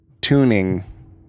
tuning